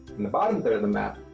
in the bottom there in the map,